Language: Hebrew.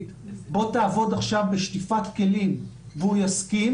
לעבוד עכשיו בשטיפת כלים והוא יסכים